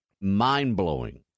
mind-blowing